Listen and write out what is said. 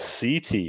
CT